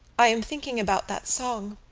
i am thinking about that song,